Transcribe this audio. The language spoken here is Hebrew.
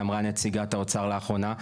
אמרה נציגת האוצר לאחרונה,